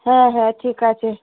হ্যাঁ হ্যাঁ ঠিক আছে